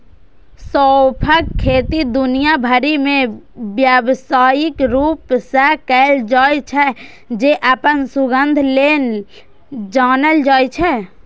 सौंंफक खेती दुनिया भरि मे व्यावसायिक रूप सं कैल जाइ छै, जे अपन सुगंध लेल जानल जाइ छै